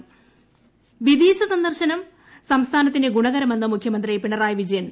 മുഖ്യമന്തി വിദേശ സന്ദർശനം സ്ട്രസ്ഥാനത്തിന് ഗുണകരമെന്ന് മുഖ്യമന്ത്രി പിണറായി വിജയൻ